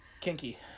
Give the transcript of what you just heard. Kinky